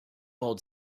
old